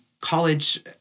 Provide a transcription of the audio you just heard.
college